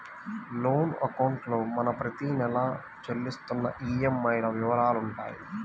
loan అకౌంట్లో మనం ప్రతి నెలా చెల్లిస్తున్న ఈఎంఐల వివరాలుంటాయి